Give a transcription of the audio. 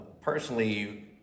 Personally